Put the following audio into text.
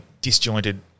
disjointed